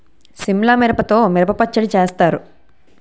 సిమ్లా మిర్చితో మిరప పచ్చడి చేస్తారు